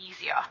easier